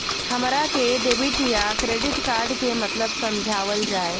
हमरा के डेबिट या क्रेडिट कार्ड के मतलब समझावल जाय?